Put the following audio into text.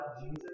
Jesus